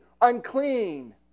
unclean